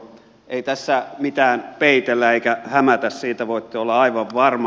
ei tässä mitään peitellä eikä hämätä siitä voitte olla aivan varma